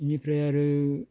इनिफ्राय आरो